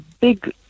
big